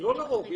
לא לרוב.